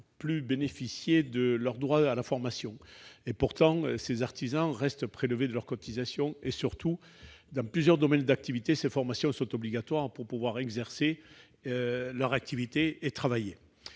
plus bénéficier de leur droit à la formation. Pourtant, ces artisans restent prélevés de leurs cotisations. Surtout, dans plusieurs domaines d'activités, ces formations sont obligatoires pour exercer leur activité et travailler.